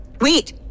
Wait